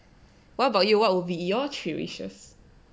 what about you what would your three wishes